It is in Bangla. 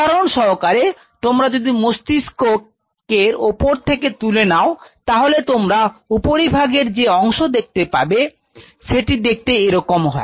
উদাহরণ সহকারে তোমরা যদি মস্তিষ্কের ওপর থেকে তুলে নাও তাহলে তোমরা উপরিভাগের যে অংশ দেখতে পাবে সেটি দেখতে এরকম হয়